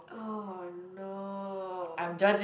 oh no